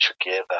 together